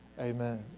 amen